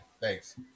thanks